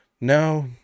No